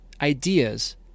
ideas